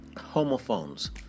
homophones